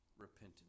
repentance